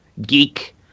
Geek